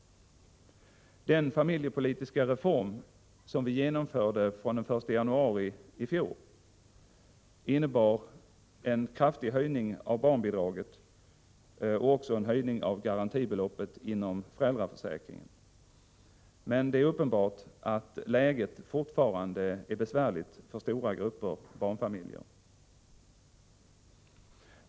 Den familjepolitiska reform som vi genomförde från den 1 januari i fjol innebar en kraftig höjning av barnbidraget och också en höjning av garantibeloppet inom föräldraförsäkringen. Men det är uppenbart att läget fortfarande är besvärligt för stora grupper barnfamiljer.